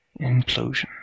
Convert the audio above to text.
Implosion